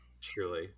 Truly